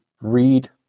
read